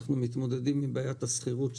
אנחנו מתמודדים עם בעיית השכירות,